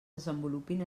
desenvolupin